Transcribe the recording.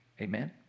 Amen